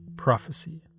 prophecy